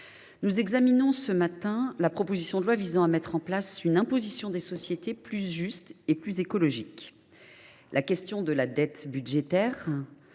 nous examinons ce matin la proposition de loi visant à mettre en place une imposition des sociétés plus juste et plus écologique. La maîtrise de la dette budgétaire,